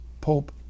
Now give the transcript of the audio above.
pope